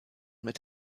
mit